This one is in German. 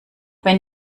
wenn